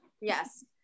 yes